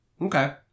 Okay